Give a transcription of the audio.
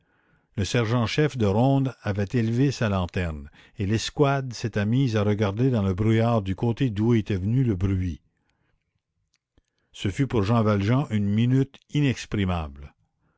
le sergent chef de ronde avait élevé sa lanterne et l'escouade s'était mise à regarder dans le brouillard du côté d'où était venu le bruit ce fut pour jean valjean une minute